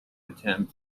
attempt